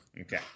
Okay